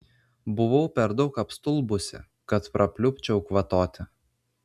buvau per daug apstulbusi kad prapliupčiau kvatoti